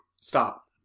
Stop